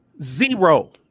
Zero